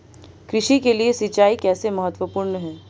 कृषि के लिए सिंचाई कैसे महत्वपूर्ण है?